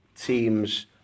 teams